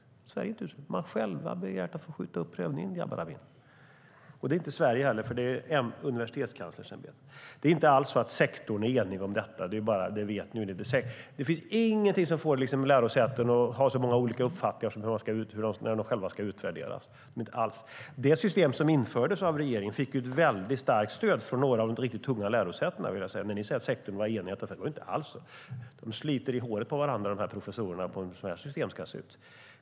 Universitetskanslersämbetet har självt begärt att få skjuta upp prövningen, Jabar Amin. Det är inte alls så att sektorn är enig om detta, och det vet ni. Ingenting får lärosätena att ha så många olika uppfattningar som när de själva ska utvärderas. Det system som infördes av regeringen fick ett väldigt starkt stöd från några av de riktigt tunga lärosätena. Men ni säger att sektorn var enig. Det var inte alls så. Professorerna sliter i håret på varandra när det diskuteras hur sådana här system ska se ut.